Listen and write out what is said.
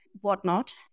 whatnot